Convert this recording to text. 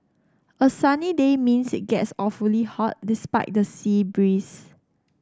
a sunny day means it gets awfully hot despite the sea breeze